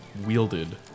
wielded